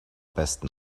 besten